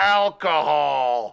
alcohol